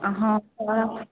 हँ